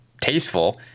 tasteful